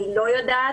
אני לא יודעת